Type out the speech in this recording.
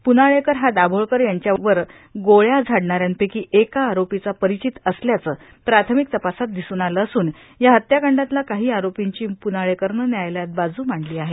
प्रनाळेकर हा दाभोळकर यांच्यावर गोळ्या झाडणाऱ्यांपौकी एका आरोपीचा परिचित असल्याचं प्राथमिक तपासात दिसून आलं असून या हत्याकांडातल्या काही आरोर्पींची पुनाळेकरनं व्यायालयात बाजू मांडली आहे